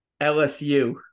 LSU